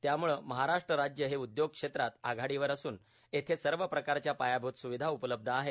त्यामुळे महाराष्ट्र राज्य हे उद्योग क्षेत्रात आघाडीवर असून येथे सर्वप्रकारच्या पायाभूत सुविधा उपलब्ध आहेत